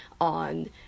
on